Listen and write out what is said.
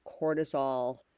cortisol